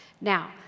Now